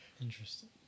Interesting